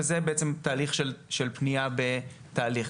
וזה בעצם תהליך של פנייה בתהליך,